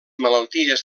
malalties